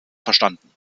verstanden